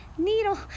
needle